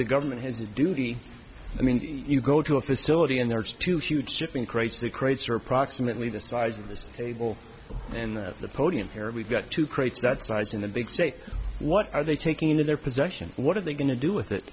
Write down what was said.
the government has a duty i mean you go to a facility and there's two huge shipping crates the crates are approximately the size of this table and the podium here we've got two crates that size in the big say what are they taking in their possession what are they going to do with it